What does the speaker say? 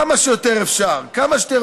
כמה שיותר מהר.